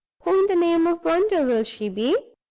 who in the name of wonder will she be?